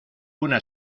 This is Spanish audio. una